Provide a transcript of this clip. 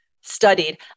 studied